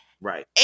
Right